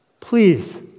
please